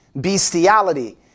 Bestiality